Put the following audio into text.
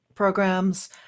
Programs